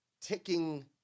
ticking